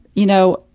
you know,